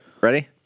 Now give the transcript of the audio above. ready